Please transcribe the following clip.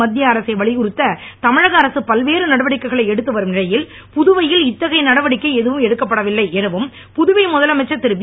மத்திய அரசை வலியுறுத்த தமிழக அரசு பல்வேறு நடவடிக்கைகளை எடுத்து வரும் நிலையில் புதுவையில் இத்தகைய நடவடிக்கை எதுவும் எடுக்கப்படவில்லை எனவும் புதுவை முதலமைச்சர் திருவி